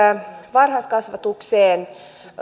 varhaiskasvatukseen